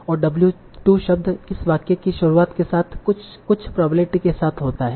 और w2 शब्द इस वाक्य की शुरुआत के साथ कुछ प्रोबेबिलिटी के साथ होता है